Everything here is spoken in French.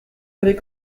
les